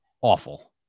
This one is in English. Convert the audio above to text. Awful